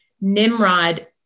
Nimrod